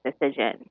decision